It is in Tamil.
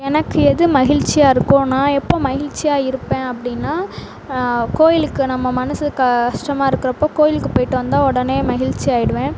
எனக்கு எது மகிழ்ச்சியாக இருக்கோன்னா எப்போ மகிழ்ச்சியாக இருப்பேன் அப்படின்னா கோயிலுக்கு நம்ம மனசு கஷ்டமாக இருக்கிறப்போ கோயிலுக்கு போயிவிட்டு வந்தா உடனே மகிழ்ச்சி ஆயிடுவேன்